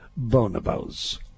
bonobos